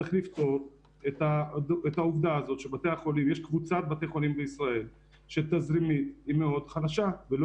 בתי חולים שיש בהם 140 אנשי צוות מבודדים וחלקם מאומתים.